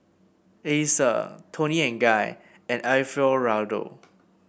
Acer Toni and Guy and Alfio Raldo